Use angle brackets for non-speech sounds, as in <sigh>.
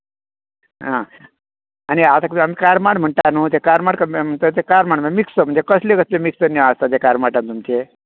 हां आनी हांव तेका करमाट म्हणटा न्हू ते करमाट <unintelligible> मिक्स कसले कसले मिक्स आसता करमाटान तुमचे